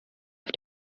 auf